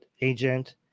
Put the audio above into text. agent